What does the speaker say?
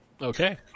Okay